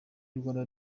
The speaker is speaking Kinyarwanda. rwanda